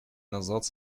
назад